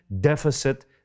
deficit